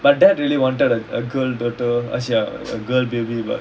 my dad really wanted a girl daughter a girl baby but